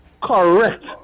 Correct